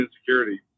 insecurity